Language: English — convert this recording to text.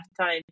time